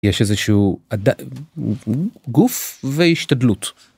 יש איזשהו גוף והשתדלות.